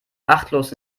achtlos